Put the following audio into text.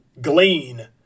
glean